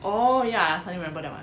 oh ya suddenly remember that one